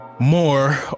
more